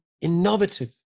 innovative